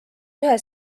ühe